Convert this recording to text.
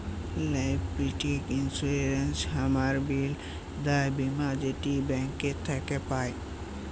liability insurance হামরা ব্যলি দায় বীমা যেটাকে ব্যাঙ্ক থক্যে পাই